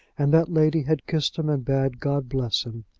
and that lady had kissed him, and bade god bless him.